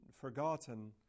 forgotten